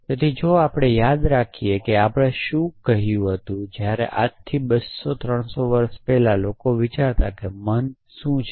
તેથી જો આપણે યાદ રાખીએ કે આપણે શું કહ્યું હતું કે જ્યારે આજથી 200 300 વર્ષ પહેલાં લોકો વિચારતા કે મન શું છે